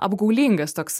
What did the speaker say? apgaulingas toks